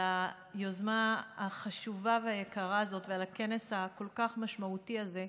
על היוזמה החשובה והיקרה הזאת ועל הכנס הכל-כך משמעותי הזה,